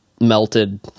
melted